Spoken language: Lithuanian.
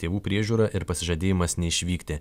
tėvų priežiūra ir pasižadėjimas neišvykti